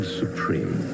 supreme